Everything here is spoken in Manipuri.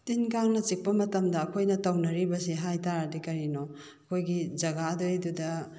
ꯇꯤꯟ ꯀꯥꯡꯅ ꯆꯤꯛꯄ ꯃꯇꯝꯗ ꯑꯩꯈꯣꯏꯅ ꯇꯧꯅꯔꯤꯕꯁꯦ ꯍꯥꯏ ꯇꯥꯔꯗꯤ ꯀꯔꯤꯅꯣ ꯑꯩꯈꯣꯏꯒꯤ ꯖꯒꯥꯗꯨꯏꯗꯨꯗ